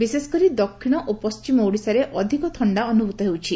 ବିଶେଷକରି ଦକ୍ଷିଣ ଓ ପକ୍ଷିମ ଓଡିଶାରେ ଅଧିକ ଥକ୍ଷା ଅନୁଭ୍ରତ ହେଉଛି